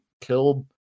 kill